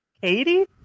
Katie